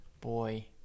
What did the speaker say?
boy